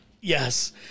Yes